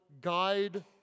guide